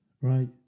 right